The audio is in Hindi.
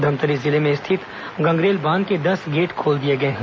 धमतरी जिले में स्थित गंगरेल बांध के दस गेट खोल दिए गए हैं